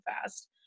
fast